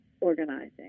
organizing